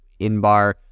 Inbar